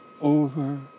over